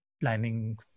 planning